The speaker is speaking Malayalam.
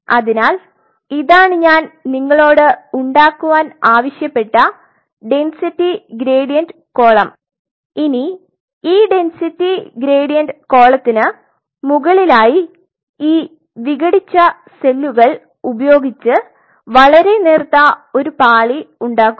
അതിനാൽ ഇതാണ് ഞാൻ നിങ്ങളോട് ഉണ്ടാകുവാൻ ആവശ്യപ്പെട്ട ഡെന്സിറ്റി ഗ്രേഡിയന്റ് കോളം ഇനി ഈ ഡെന്സിറ്റി ഗ്രേഡിയന്റ് കോളത്തിന് മുകളിലായി ഈ വിഘടിച്ച സെല്ലുകൾ ഉപയോഗിച് വളരെ നേർത്ത ഒരു പാളി ഉണ്ടാക്കുന്നു